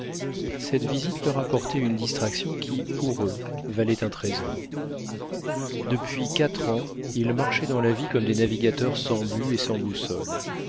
cette visite leur apportait une distraction qui pour eux valait un trésor depuis quatre ans ils marchaient dans la vie comme des navigateurs sans but et sans boussole